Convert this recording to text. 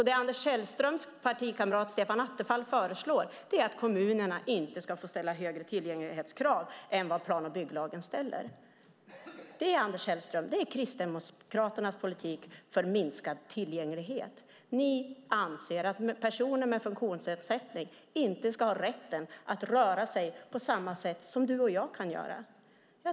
Det Anders Sellströms partikamrat Stefan Attefall föreslår är att kommunerna inte ska få ställa högre krav på tillgänglighet än de krav plan och bygglagen ställer. Det är Kristdemokraternas politik för minskad tillgänglighet. Ni anser att personer med funktionsnedsättning inte ska ha rätt att röra sig på samma sätt som du och jag kan göra.